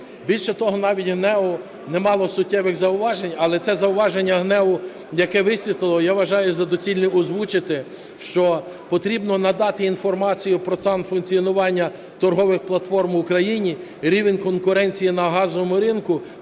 Більше того, навіть ГНЕУ не мало суттєвих зауважень. Але це зауваження ГНЕУ, яке висвітлило, я вважаю за доцільне озвучити, що потрібно надати інформацію про стан функціонування торгових платформ в Україні, рівень конкуренції на газовому ринку.